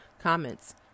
Comments